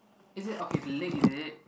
is it okay the leg is it